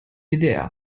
ddr